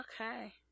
Okay